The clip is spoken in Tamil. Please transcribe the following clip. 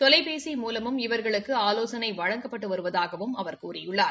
தொலைபேசி மூலமும் இவர்களுக்கு ஆலோசனை வழங்கப்பட்டு வருவதாகவும் அவர் கூறியுள்ளார்